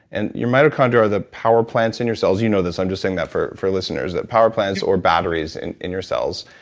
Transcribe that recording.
and your mitochondria are the power plants in your cells, you know this, i'm just saying that for for listeners that power plants or batteries and in your cells,